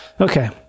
Okay